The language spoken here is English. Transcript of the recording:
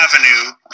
Avenue